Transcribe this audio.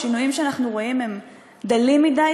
השינויים שאנחנו רואים הם דלים מדי,